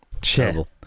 Terrible